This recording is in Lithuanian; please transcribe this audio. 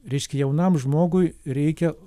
reiškia jaunam žmogui reikia